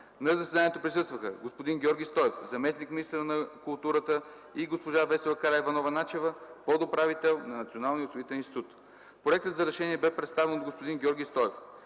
г. На заседанието присъстваха господин Георги Стоев – заместник-министър на културата и госпожа Весела Караиванова-Начева – подуправител на Националния осигурителен институт. Проектът за решение бе представен от господин Георги Стоев.